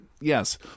Yes